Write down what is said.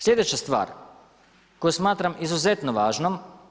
Sljedeća stvar koju smatram izuzetno važnom.